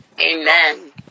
Amen